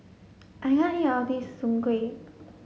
I can't eat of this Soon Kway